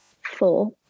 four